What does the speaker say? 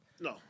No